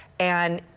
and